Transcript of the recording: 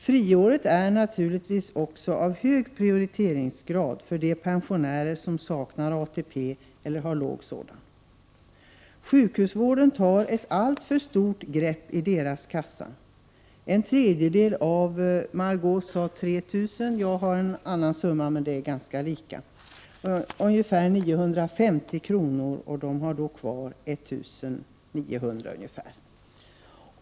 Friåret har naturligtvis också en hög prioriteringsgrad för de pensionärer som saknar ATP eller har låg sådan. Sjukhusvården gör ett alltför djupt grepp i deras kassa. En tredjedel av dem betalar ungefär 950 kr., och de har då kvar ungefär 1 900 kr.